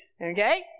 okay